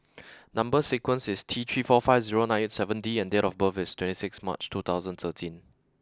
number sequence is T three four five zero nine eight seven D and date of birth is twenty six March two thousand thirteen